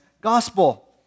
gospel